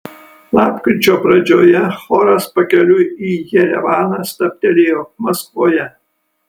lapkričio pradžioje choras pakeliui į jerevaną stabtelėjo maskvoje